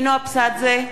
נגד.